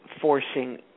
forcing